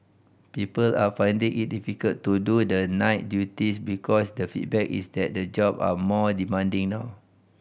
people are finding it difficult to do the night duties because the feedback is that the job are more demanding now